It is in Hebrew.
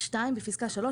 בפסקה (3),